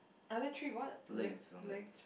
other three what lip legs